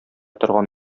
торган